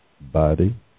body